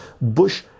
Bush